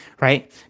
right